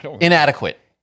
Inadequate